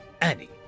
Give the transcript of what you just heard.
Annie